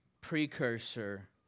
precursor